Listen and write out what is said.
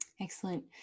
Excellent